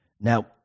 Now